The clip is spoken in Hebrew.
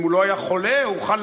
אם הוא לא היה חולה, הוא חלה.